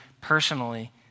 personally